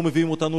לא מביאים אותנו,